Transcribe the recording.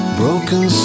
broken